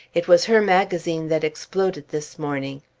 it was her magazine that exploded this morning.